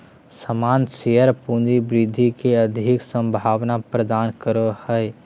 सामान्य शेयर पूँजी वृद्धि के अधिक संभावना प्रदान करो हय